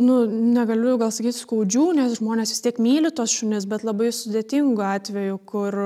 nu negaliu gal sakyt skaudžių nes žmonės vis tiek myli tuos šunis bet labai sudėtingų atvejų kur